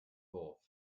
wurf